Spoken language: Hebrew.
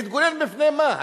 להתגונן מפני מה?